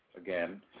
again